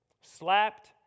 slapped